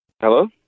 Hello